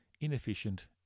inefficient